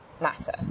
matter